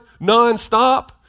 nonstop